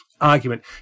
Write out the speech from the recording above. argument